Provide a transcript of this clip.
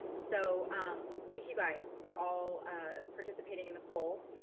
so thank you guys for all participating in the poll.